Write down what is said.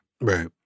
Right